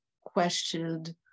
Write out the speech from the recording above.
questioned